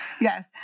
Yes